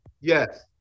Yes